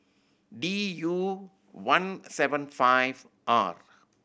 D U one seven five R